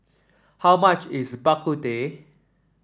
how much is Bak Kut Teh